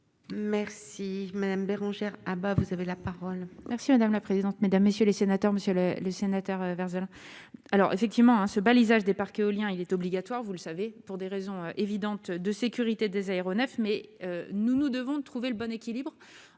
Merci Madame Bérangère Abba, vous avez la parole. Merci madame la présidente, mesdames, messieurs les sénateurs, Monsieur le, le sénateur Vert alors effectivement ce balisage des parcs éoliens, il est obligatoire, vous le savez, pour des raisons évidentes de sécurité, des aéronefs, mais nous, nous devons trouver le bon équilibre